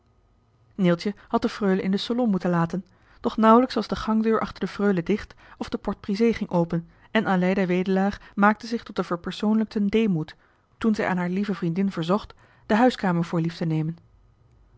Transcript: neeltje had de freule in de selon moeten laten doch johan de meester de zonde in het deftige dorp nauwelijks was de gangdeur achter de freule dicht of de porte brisée ging open en aleida wedelaar maakte zich tot den verpersoonlijkten deemoed toen zij aan hare lieve vriendin verzocht de huiskamer voor lief te nemen